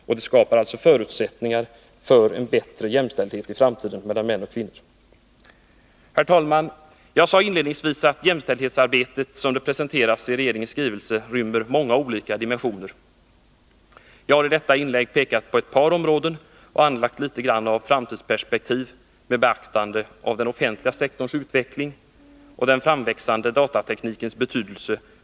En sådan skulle skapa förutsättningar för en bättre jämställdhet i framtiden mellan män och kvinnor. Herr talman! Jag sade inledningsvis att jämställdhetsarbetet som det presenteras i regeringens skrivelse rymmer många olika dimensioner. Jag har i detta inlägg pekat på ett par områden och på arbetet för ökad jämställdhet på arbetsmarknaden anlagt litet av ett framtidsperspektiv med beaktande av den offentliga sektorns utveckling och den framväxande datateknikens betydelse.